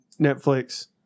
Netflix